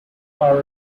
are